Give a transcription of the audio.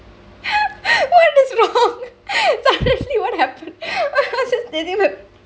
what is wrongk suddenly what happen